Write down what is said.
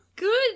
good